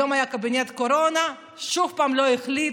היום היה קבינט קורונה, שוב פעם לא החליטו.